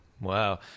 Wow